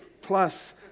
plus